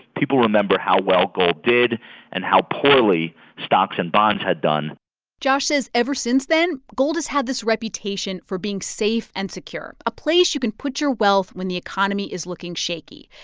people remember how well gold did and how poorly stocks and bonds had done josh says ever since then, gold has had this reputation for being safe and secure, a place you can put your wealth when the economy is looking shaky.